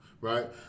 right